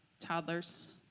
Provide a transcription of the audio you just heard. toddlers